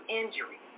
injury